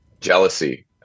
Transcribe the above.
jealousy